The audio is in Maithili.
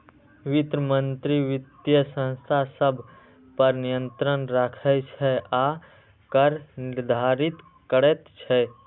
वित्त मंत्री वित्तीय संस्था सभ पर नियंत्रण राखै छै आ कर निर्धारित करैत छै